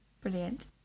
Brilliant